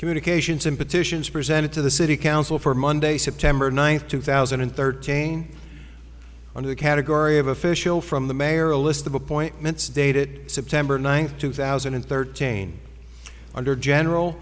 communications and petitions presented to the city council for monday september ninth two thousand and thirteen under the category of official from the mayor a list of appointments dated september ninth two thousand and thirteen under general